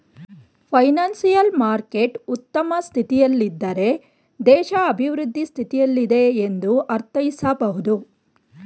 financial market ಉತ್ತಮ ಸ್ಥಿತಿಯಲ್ಲಿದ್ದಾರೆ ದೇಶ ಅಭಿವೃದ್ಧಿ ಸ್ಥಿತಿಯಲ್ಲಿದೆ ಎಂದು ಅರ್ಥೈಸಬಹುದು